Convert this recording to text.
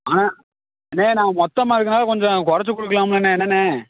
ஆ அண்ணே நான் மொத்தமாக எடுக்கிறதுனால கொஞ்சம் குறைச்சு கொடுக்கலாமல்லண்ணே என்னண்ணே